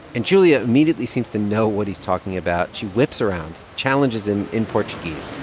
and julia immediately seems to know what he's talking about. she whips around, challenges him in portuguese.